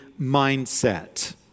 mindset